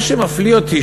מה שמפליא אותי,